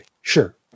Sure